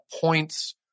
points